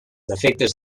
defectes